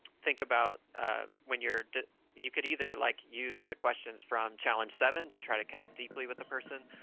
think about when you're you could either like use the questions from challenge seven to try to connect deeply with a person,